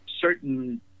certain